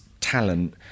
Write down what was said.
talent